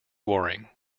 waring